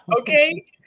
Okay